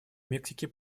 мексики